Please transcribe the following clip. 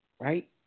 Right